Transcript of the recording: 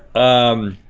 um.